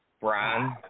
Brian